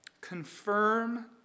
confirm